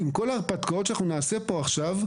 עם כל ההרפתקאות שאנחנו נעשה פה עכשיו,